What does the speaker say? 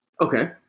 Okay